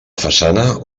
façana